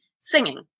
singing